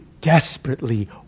desperately